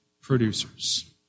producers